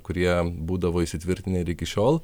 kurie būdavo įsitvirtinę ir iki šiol